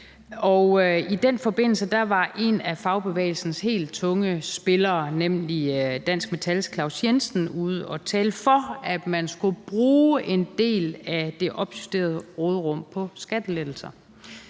i den forbindelse var en af fagbevægelsens helt tunge spillere, nemlig Dansk Metals Claus Jensen, ude at tale for, at man skulle bruge en del af det opjusterede råderum på skattelettelser.